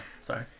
Sorry